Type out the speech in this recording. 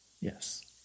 Yes